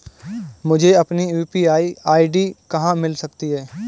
मुझे अपनी UPI ID कहां मिल सकती है?